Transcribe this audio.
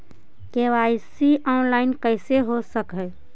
KYC online कैसे हो सक है?